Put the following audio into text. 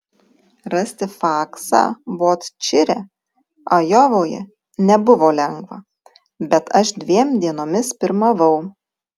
rasti faksą vot čire ajovoje nebuvo lengva bet aš dviem dienomis pirmavau